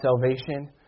salvation